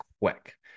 quick